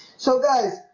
so guys,